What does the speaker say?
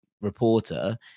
reporter